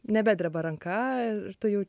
nebedreba ranka ir tu jau